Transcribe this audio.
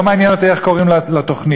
לא מעניין אותי איך קוראים לתוכנית,